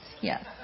Yes